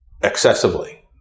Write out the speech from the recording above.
excessively